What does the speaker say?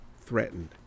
threatened